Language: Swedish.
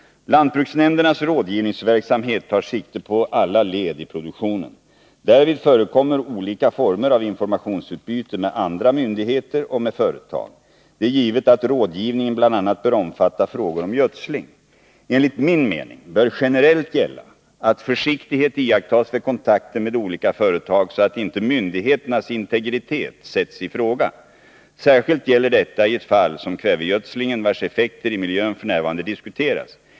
Lantbruksnämndernas rådgivningsverksamhet tar sikte på alla led i produktionen. Därvid förekommer olika former av informationsutbyte med andra myndigheter och med företag. Det är givet att rådgivningen bl.a. bör omfatta frågor om gödsling. Enligt min mening bör generellt gälla att försiktighet iakttas vid kontakter med olika företag, så att inte myndigheternas integritet sätts i fråga. Särskilt gäller detta i ett fall som kvävegödslingen, vars effekter i miljön f.n. diskuteras.